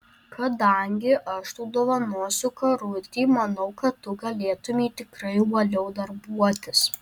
kadangi aš tau dovanosiu karutį manau kad tu galėtumei tikrai uoliau darbuotis